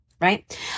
right